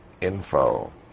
info